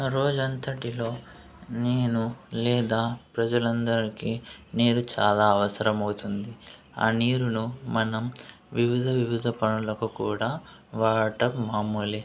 రోజంతటిలో నేను లేదా ప్రజలందరికీ నీరు చాలా అవసరం అవుతుంది ఆ నీరును మనం వివిధ వివిధ పనులకు కూడా వాడటం మామూలే